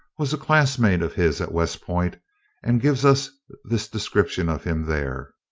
was a classmate of his at west point and gives us this description of him there.